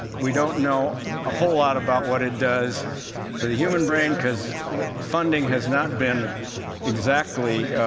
we don't know a whole lot about what it does for the human brain, because funding has not been exactly